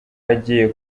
agiye